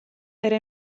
era